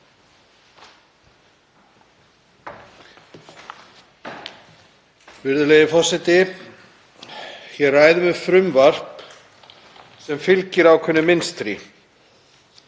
Virðulegi forseti. Hér ræðum við frumvarp sem fylgir ákveðnu mynstri.